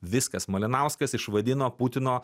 viskas malinauskas išvadino putino